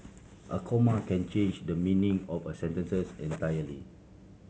a comma can change the meaning of a sentence entirely